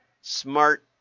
smart